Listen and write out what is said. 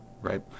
Right